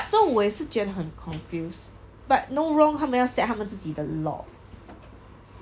so 我也是觉得很 confuse but no wrong 他们要 set 他们自己的 law